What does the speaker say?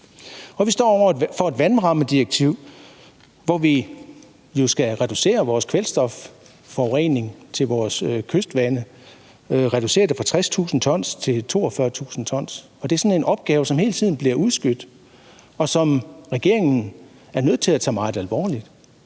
Vi står over for et vandrammedirektiv, hvor vi jo skal reducere vores kvælstofforurening af vores kystvande fra 60.000 t til 42.000 t, og det er sådan en opgave, som hele tiden bliver udskudt, og som regeringen er nødt til at tage meget alvorligt.